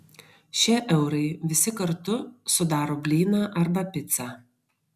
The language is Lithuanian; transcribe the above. šie eurai visi kartu sudaro blyną arba picą